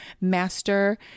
master